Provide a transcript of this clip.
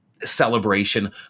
celebration